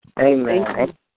Amen